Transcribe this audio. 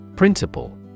Principle